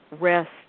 rest